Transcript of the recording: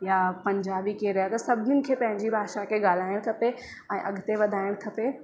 या पंजाबी केर हुया अगरि सभनीनि खे पंहिंजी भाषा खे ॻाल्हाइणु खपे ऐं अॻिते वधाइणु खपे